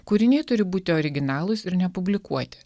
kūriniai turi būti originalūs ir nepublikuoti